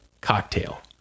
cocktail